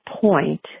point